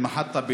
אלמחטה,